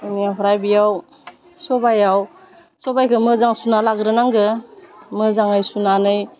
बेनिफ्राय बेयाव सबाइयाव सबाइखौ मोजां सुना लाग्रोनांगो मोजाङै सुनानै